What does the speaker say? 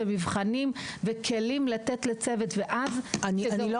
מבחנים וכלים לתת לצוות --- אני לא